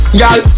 girl